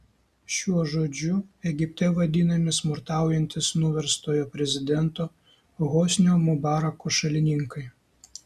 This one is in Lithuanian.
šiuo žodžiu egipte vadinami smurtaujantys nuverstojo prezidento hosnio mubarako šalininkai